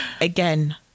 again